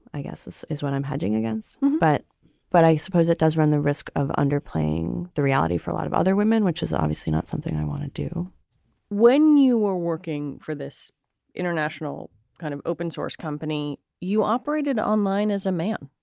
i guess this is when i'm hedging against. but but i suppose it does run the risk of underplaying the reality for a lot of other women, which is obviously not something i want to do when you were working for this international kind of open source company, you operated online as a man.